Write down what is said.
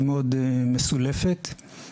שאני רואה שזה מאוד קרוב לליבם